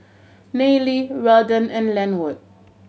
Nayely Weldon and Lenwood